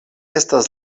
estas